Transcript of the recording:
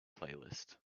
playlist